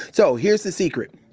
so, here's the secret.